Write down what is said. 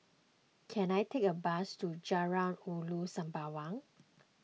can I take a bus to Jalan Ulu Sembawang